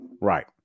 right